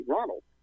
Ronald